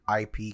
IP